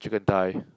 chicken thigh